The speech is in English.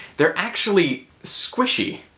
they're actually squishy!